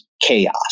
chaos